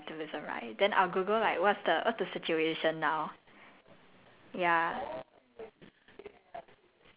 that's a good question oh okay okay ya my my concern as I mentioned is environmentalism right then I'll google like what's the what's the situation now